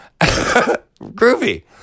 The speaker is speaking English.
Groovy